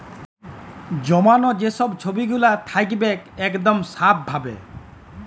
জমাল যে ছব পুঁজিগুলা থ্যাকবেক ইকদম স্যাফ ভাবে